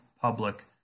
public